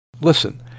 Listen